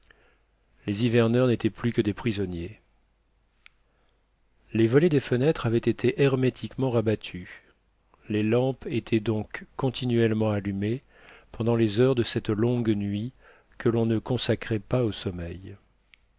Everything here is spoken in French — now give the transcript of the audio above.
les hiverneurs n'étaient plus que des prisonniers les volets des fenêtres avaient été hermétiquement rabattus les lampes étaient donc continuellement allumées pendant les heures de cette longue nuit que l'on ne consacrait pas au sommeil